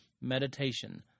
Meditation